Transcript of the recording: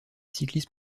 cyclisme